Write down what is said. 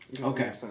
Okay